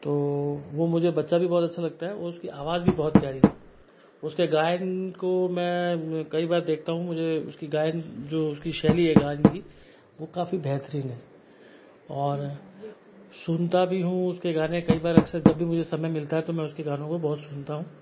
तो वो बच्चा भी मुझे बहुत अच्छा लगता है उसकी अवाज़ भी बहुत प्यारी है उसके गायन को मैं कई बार देखता हूँ मुझे उसकी गायन जो उसकी शैली है गायन की वो काफ़ी बेहतरीन है और सुनता भी हूँ उसके गाने कई बार अक्सर जब भी मुझे समय मिलता है तो उसके गानों को बहुत सुनता हूँ